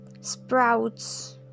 sprouts